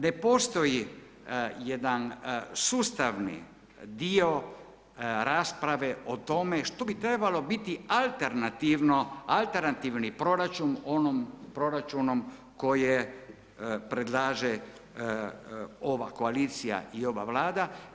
Ne postoji jedan sustavni dio rasprave o tome što bi trebalo biti alternativno, alternativni proračun onom proračunu koji predlaže ova koalicija i ova Vlada.